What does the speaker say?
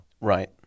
Right